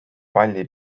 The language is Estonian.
palli